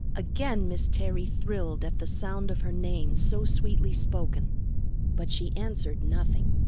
again miss terry thrilled at the sound of her name so sweetly spoken but she answered nothing.